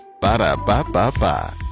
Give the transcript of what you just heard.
Ba-da-ba-ba-ba